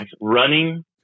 Running